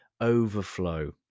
overflow